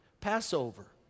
Passover